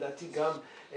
וזה כולל לדעתי גם נגישות